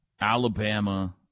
Alabama